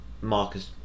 Marcus